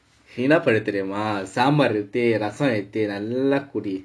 என்னா பண்ணு தெரியுமா சாம்பாரை ஊத்தி ரசம் வச்சு நல்லா குடி:ennaa pannu theriyumaa saambaarai oothi rasam vachu nallaa kudi